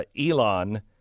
Elon